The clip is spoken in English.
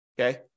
Okay